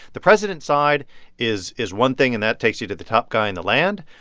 the president's side is is one thing, and that takes you to the top guy in the land.